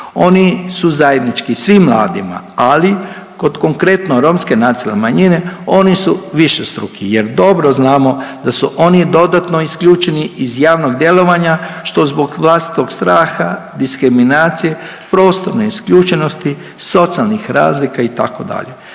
Oni su zajednički svim mladima, ali kod konkretno romske nacionalne manjine oni su višestruki jer dobro znamo da su oni dodatno isključeni iz javnog djelovanja, što zbog vlastitog straha, diskriminacije, prostorne isključenosti, socijalnih razlika, itd.